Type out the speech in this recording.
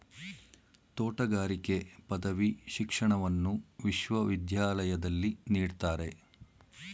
ತೋಟಗಾರಿಕೆ ಪದವಿ ಶಿಕ್ಷಣವನ್ನು ವಿಶ್ವವಿದ್ಯಾಲಯದಲ್ಲಿ ನೀಡ್ತಾರೆ